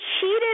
cheated